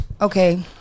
okay